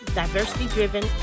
diversity-driven